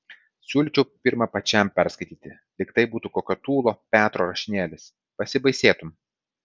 siūlyčiau pirma pačiam perskaityti lyg tai būtų kokio tūlo petro rašinėlis pasibaisėtum